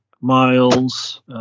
Miles